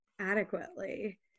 adequately